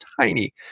tiny